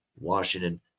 Washington